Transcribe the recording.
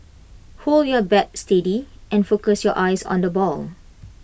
hold your bat steady and focus your eyes on the ball